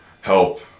help